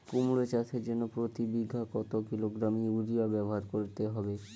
কুমড়ো চাষের জন্য প্রতি বিঘা কত কিলোগ্রাম ইউরিয়া ব্যবহার করতে হবে?